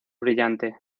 brillante